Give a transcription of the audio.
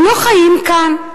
הם לא חיים כאן?